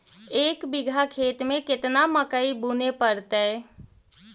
एक बिघा खेत में केतना मकई बुने पड़तै?